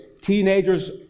teenagers